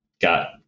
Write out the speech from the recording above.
got